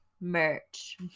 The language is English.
merch